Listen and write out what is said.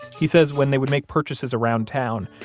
he says when they would make purchases around town,